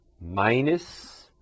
minus